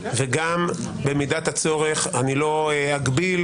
ובמידת הצורך אני לא אגביל,